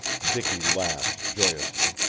dicky laughed joyously.